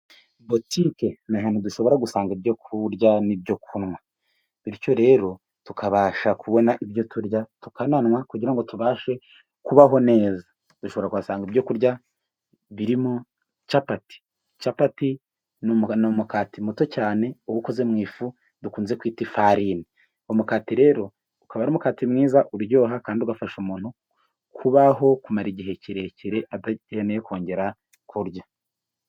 Butike ni ahantu dushobora gusanga ibyo kurya n'ibyo kunywa, bityo rero tukabasha kubona ibyo kurya tukananywa kugira ngo tubashe kubaho neza, dushobora kuhasanga ibyo kurya birimo capati, capati ni umugati muto cyane uba ukoze mu ifu dukunze kwita ifarini, umukate rero ukaba ari umukate mwiza uryoha, kandi ugafasha umuntu kubaho kumara igihe kirekire adakeneye kongera kurya.